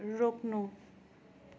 रोक्नु